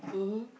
mmhmm